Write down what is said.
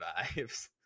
vibes